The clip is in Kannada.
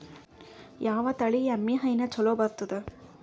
ಯಾವ ತಳಿ ಎಮ್ಮಿ ಹೈನ ಚಲೋ ಬರ್ತದ?